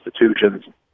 institutions